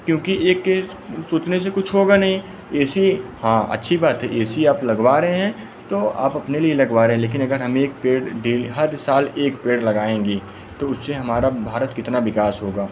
क्योंकि एक के स सोचने से कुछ होगा नहीं ए सी हाँ अच्छी बात है ए सी आप लगवा रहे हैं तो आप अपने लिए लगवा रहे हैं लेकिन अगर हमें एक पेड़ डे हर साल एक पेड़ लगाएंगे तो उससे हमारा भारत कितना विकास होगा